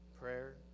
prayer